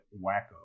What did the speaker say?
wacko